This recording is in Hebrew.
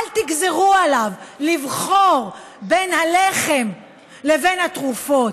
אל תגזרו עליו לבחור בין הלחם לבין התרופות,